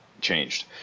changed